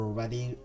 ready